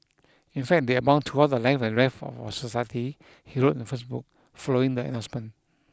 in fact they abound throughout the length and breadth of our society he wrote on Facebook following the announcement